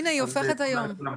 הנה, היא הופכת היום.